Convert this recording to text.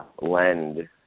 lend